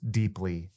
deeply